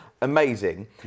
amazing